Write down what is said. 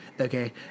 okay